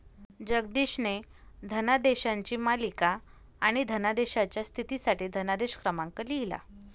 जगदीशने धनादेशांची मालिका आणि धनादेशाच्या स्थितीसाठी धनादेश क्रमांक लिहिला